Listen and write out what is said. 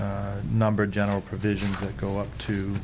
a number of general provisions that go up to